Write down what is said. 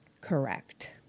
correct